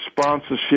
sponsorship